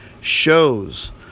shows